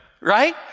right